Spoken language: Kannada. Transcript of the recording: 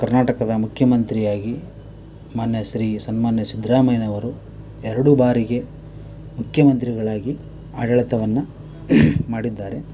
ಕರ್ನಾಟಕದ ಮುಖ್ಯಮಂತ್ರಿಯಾಗಿ ಮಾನ್ಯ ಶ್ರೀ ಸನ್ಮಾನ್ಯ ಸಿದ್ಧರಾಮಯ್ಯನವರು ಎರಡು ಬಾರಿಗೆ ಮುಖ್ಯಮಂತ್ರಿಗಳಾಗಿ ಆಡಳಿತವನ್ನ ಮಾಡಿದ್ದಾರೆ